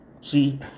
See